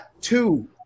two